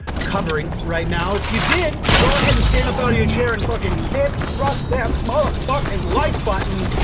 covering right now. if you did go ahead and stand up out of your chair and fucking hip thrust that mother fucking like button